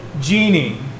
genie